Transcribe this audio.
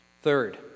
Third